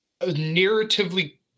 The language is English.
narratively